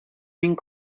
ring